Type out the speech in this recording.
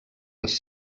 les